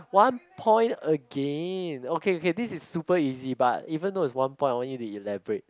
one point again okay okay this is super easy but even though is one point I want you to elaborate